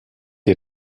ihr